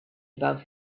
above